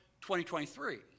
2023